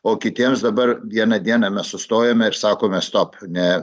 o kitiems dabar vieną dieną mes sustojome sakome stop ne